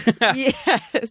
Yes